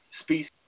species